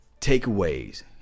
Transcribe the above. Takeaways